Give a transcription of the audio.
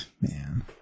Man